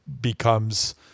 becomes